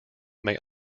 may